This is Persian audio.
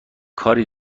کاری